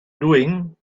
doing